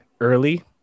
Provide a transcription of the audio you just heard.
early